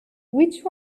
which